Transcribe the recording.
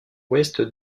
ouest